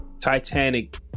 Titanic